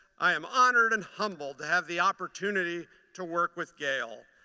i am honored and humbled to have the opportunity to work with gail.